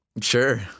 sure